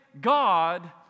God